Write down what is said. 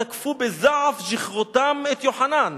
תקפו בזעף שכרותם את יוחנן",